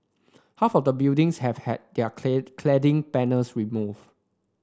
half of the buildings have had their clad cladding panels removed